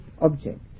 object